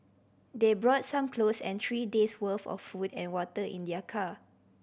they brought some clothes and three days worth of food and water in their car